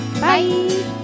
bye